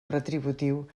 retributiu